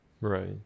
Right